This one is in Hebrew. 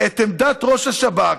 את עמדת ראש השב"כ,